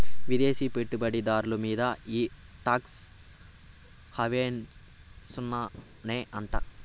విదేశీ పెట్టుబడి దార్ల మీంద ఈ టాక్స్ హావెన్ సున్ననే అంట